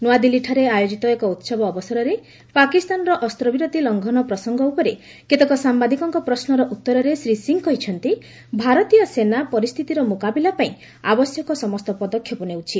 ନୂଆଦିଲ୍ଲୀଠାରେ ଆୟୋଜିତ ଏକ ଉହବ ଅବସରରେ ପାକିସ୍ତାନର ଅସ୍ତ୍ରବିରତି ଲଙ୍ଘନ ପ୍ରସଙ୍ଗ ଉପରେ କେତେକ ସାମ୍ଘାଦିକଙ୍କ ପ୍ରଶ୍ନର ଉତ୍ତରରେ ଶ୍ରୀ ସିଂ କହିଛନ୍ତି ଭାରତୀୟ ସେନା ପରିସ୍ଥିତିର ମୁକାବିଲା ପାଇଁ ଆବଶ୍ୟକ ସମସ୍ତ ପଦକ୍ଷେପ ନେଉଛି